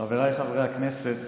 חבריי חברי הכנסת,